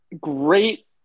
Great